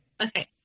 Okay